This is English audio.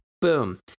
Boom